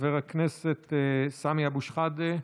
חבר הכנסת סמי אבו שחאדה,